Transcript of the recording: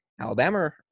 Alabama